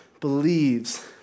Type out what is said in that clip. believes